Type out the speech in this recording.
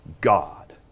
God